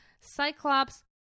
Cyclops